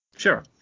Sure